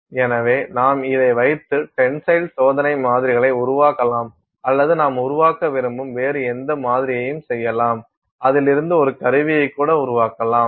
எனவே நாம் இதை வைத்து டென்சைல் சோதனை மாதிரிகளை உருவாக்கலாம் அல்லது நாம் உருவாக்க விரும்பும் வேறு எந்த மாதிரியையும் செய்யலாம் அதிலிருந்து ஒரு கருவியை கூட உருவாக்கலாம்